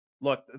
look